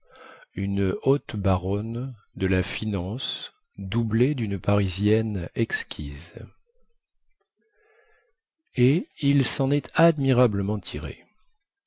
une haute baronne de la finance doublée dune parisienne exquise et il sen est admirablement tiré